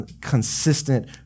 consistent